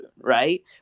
right